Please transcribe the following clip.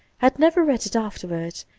had never read it afterwards,